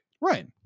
Right